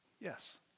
yes